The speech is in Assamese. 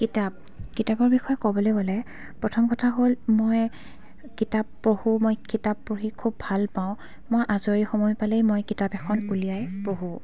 কিতাপ কিতাপৰ বিষয়ে ক'বলৈ গ'লে প্ৰথম কথা হ'ল মই কিতাপ পঢ়োঁ মই কিতাপ পঢ়ি খুব ভাল পাওঁ মই আজৰি সময় পালেই মই কিতাপ এখন উলিয়াই পঢ়োঁ